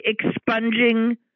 expunging